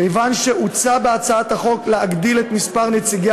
כיוון שהוצע בהצעת החוק להגדיל את מספר נציגי